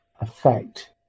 effect